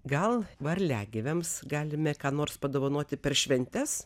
gal varliagyviams galime ką nors padovanoti per šventes